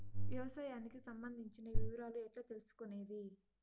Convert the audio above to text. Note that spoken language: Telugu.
వ్యవసాయానికి సంబంధించిన వివరాలు ఎట్లా తెలుసుకొనేది?